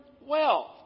wealth